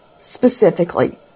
specifically